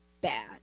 bad